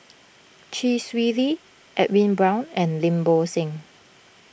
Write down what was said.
Chee Swee Lee Edwin Brown and Lim Bo Seng